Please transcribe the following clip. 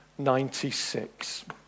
96